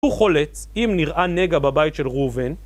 הוא חולץ, אם נראה נגע בבית של ראובן